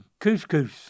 couscous